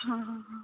हां हां हां